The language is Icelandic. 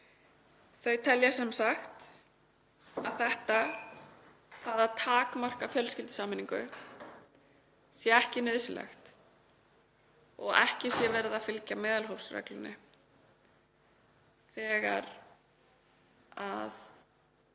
Þau telja sem sagt að það að takmarka fjölskyldusameiningu sé ekki nauðsynlegt og að ekki sé verið að fylgja meðalhófsreglunni ef